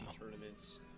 tournaments